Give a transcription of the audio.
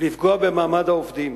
ולפגוע במעמד העובדים.